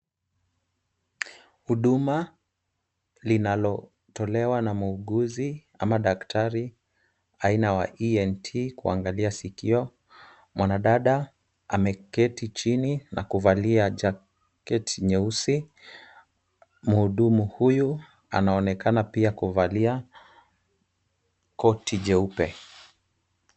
Huduma linalotolewa na muuguzi ama daktari aina wa ENT kuangalia sikio. Mwanadada ameketi chini na kuvalia jaketi nyeusi, mhudumu huyu anaonekana pia kuvalia koti jeupe.